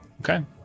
Okay